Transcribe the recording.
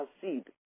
seed